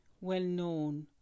well-known